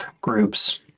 groups